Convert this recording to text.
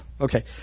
okay